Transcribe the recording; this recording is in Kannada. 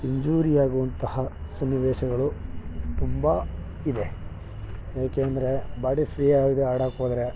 ಇಂಜೂರಿ ಆಗುವಂತಹ ಸನ್ನಿವೇಶಗಳು ತುಂಬ ಇದೆ ಯಾಕೆ ಅಂದರೆ ಬಾಡಿ ಫ್ರೀ ಆಗದೆ ಆಡಕ್ಕೋದರೆ